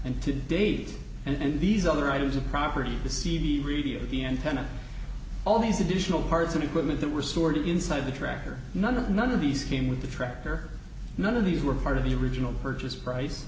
and to date and these other items of property the c b radio the antenna all these additional parts and equipment that were stored inside the tractor none none of these came with the tractor none of these were part of the original purchase price